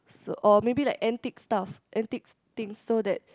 or maybe like antique stuff antique things so that